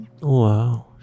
Wow